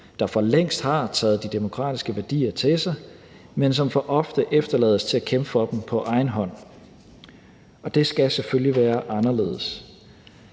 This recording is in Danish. der for længst har taget de demokratiske værdier til sig, men som for ofte efterlades til at kæmpe for dem på egen hånd. Og det skal selvfølgelig være anderledes.